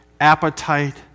appetite